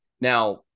now